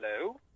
Hello